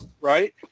right